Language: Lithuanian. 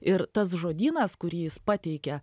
ir tas žodynas kurį jis pateikia